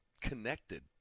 connected